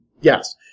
Yes